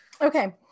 Okay